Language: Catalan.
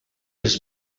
les